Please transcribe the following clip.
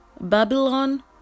Babylon